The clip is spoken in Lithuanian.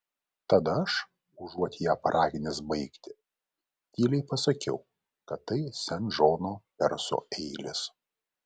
tada aš užuot ją paraginęs baigti tyliai pasakiau kad tai sen džono perso eilės